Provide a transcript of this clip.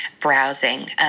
browsing